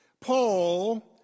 Paul